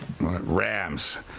Rams